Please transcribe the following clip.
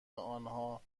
آنها